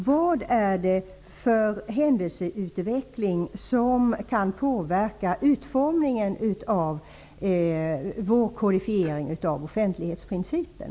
Vad är det för händelseutveckling som kan påverka utformningen av vår kodifiering av offentlighetsprincipen?